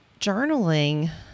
journaling